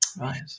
Right